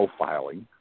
profiling